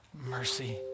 mercy